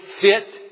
fit